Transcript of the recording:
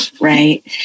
right